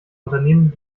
unternehmen